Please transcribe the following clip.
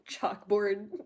chalkboard